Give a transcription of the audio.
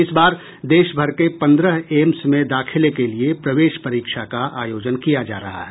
इस बार देशभर के पंद्रह एम्स में दाखिले के लिये प्रवेश परीक्षा का आयोजन किया जा रहा है